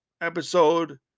episode